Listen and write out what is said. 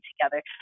together